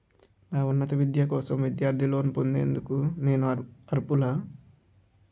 నా ఉన్నత విద్య కోసం విద్యార్థి లోన్ పొందేందుకు నేను అర్హులా?